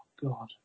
God